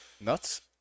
Nuts